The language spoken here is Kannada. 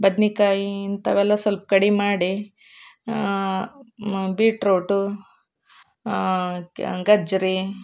ಬದ್ನೆಕಾಯಿ ಇಂಥವೆಲ್ಲ ಸ್ವಲ್ಪ ಕಡಿಮೆ ಮಾಡಿ ಬೀಟ್ರೊಟು ಗಜ್ಜರಿ